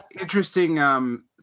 interesting